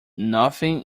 nothing